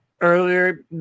earlier